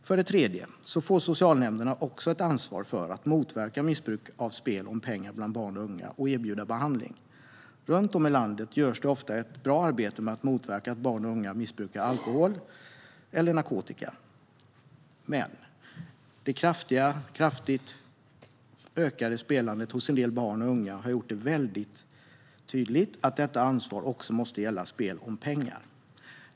För det tredje får socialnämnderna också ett ansvar för att motverka missbruk av spel om pengar bland barn och unga och erbjuda behandling. Runt om i landet görs det ofta ett bra arbete med att motverka att barn och unga missbrukar alkohol eller narkotika. Men det kraftigt ökade spelandet hos en del barn och unga har gjort det väldigt tydligt att detta ansvar också måste gälla spel om pengar.